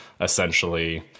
essentially